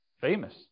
Famous